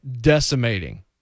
decimating